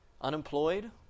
unemployed